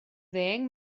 ddeng